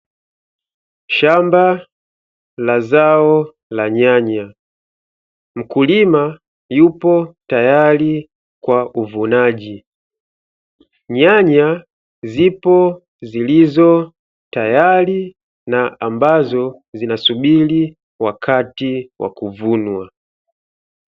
Shamba la zao la nyanya mkulima yupo tayari kwa uvunaji, nyanya zipo zilizo tayari na ambazo zinasubiri wakati wa kuvunwa.